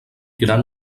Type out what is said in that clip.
gran